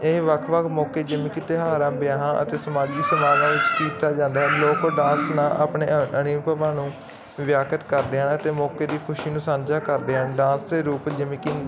ਇਹ ਵੱਖ ਵੱਖ ਮੌਕੇ ਜਿਵੇਂ ਕਿ ਤਿਹਾਰ ਆ ਵਿਆਹਾਂ ਅਤੇ ਸਮਾਜੀ ਸਮਾਜਾਂ ਵਿੱਚ ਕੀਤਾ ਜਾਂਦਾ ਲੋਕ ਡਾਂਸ ਨਾ ਆਪਣੇ ਵਿਆਕਤ ਕਰਦਿਆਂ ਤੇ ਮੌਕੇ ਦੀ ਖੁਸ਼ੀ ਨੂੰ ਸਾਂਝਾ ਕਰ ਦਿਆਂਗੇ ਡਾਂਸ ਦੇ ਰੂਪ ਜਿਵੇਂ ਕਿ